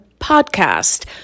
podcast